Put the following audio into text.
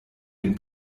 den